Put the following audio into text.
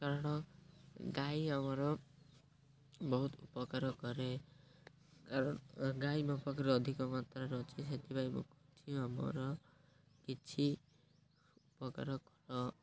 କାରଣ ଗାଈ ଆମର ବହୁତ ଉପକାର କରେ କାରଣ ଗାଈ ମୋ ପାଖରେ ଅଧିକମାତ୍ରାରେ ଅଛି ସେଥିପାଇଁ ମୁଁ ଆମର କିଛି ଉପକାର କର